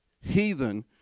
heathen